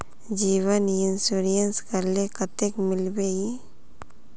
जीवन इंश्योरेंस करले कतेक मिलबे ई?